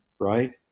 right